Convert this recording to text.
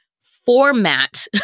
format